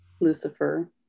lucifer